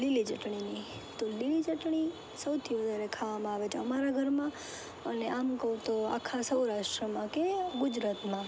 લીલી ચટણીની તો લીલી ચટણી સૌથી વધારે ખાવામાં આવે છે અમારા ઘરમાં અને આમ કહું તો આખા સૌરાષ્ટ્રમાં કે આખા ગુજરાતમાં